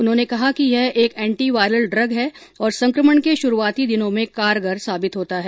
उन्होंने कहा कि यह एक एन्टीवायरल ड़ग है और संकमण के शुरूआती दिनों में कारगर साबित होता है